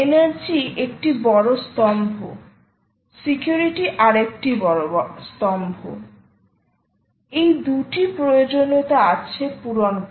energy একটি বড় স্তম্ভ সিকিউরিটি আরেকটি বড় স্তম্ভ এই দুটি প্রয়োজনীয়তা আছে পূরণ করা